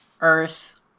earth